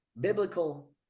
biblical